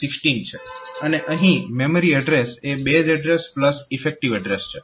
અને અહીં memory address એ બેઝ એડ્રેસ ઈફેક્ટીવ એડ્રેસ છે